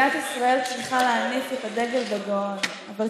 אם ייתנו לי לדבר אני אסיים, אני אסכם, בבקשה.